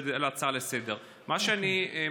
להצעה לסדר-היום.